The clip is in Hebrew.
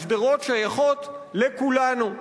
השדרות שייכות לכולנו,